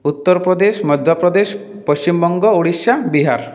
Uttar Pradesh Madhya Pradesh Paschim Banga Orissa Bihar